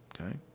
okay